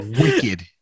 Wicked